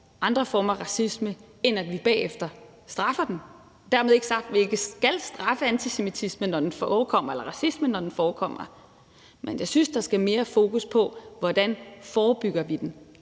andre former for racisme, end at vi bagefter straffer dem. Dermed ikke sagt, at vi ikke skal straffe antisemitisme eller racisme, når den forekommer, men jeg synes, der skal mere fokus på, hvordan vi forebygger den,